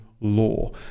law